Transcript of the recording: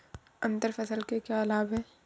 अंतर फसल के क्या लाभ हैं?